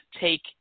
take